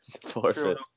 forfeit